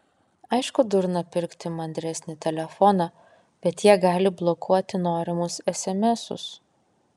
aišku durna pirkti mandresnį telefoną bet jie gali blokuoti norimus esemesus